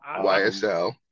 YSL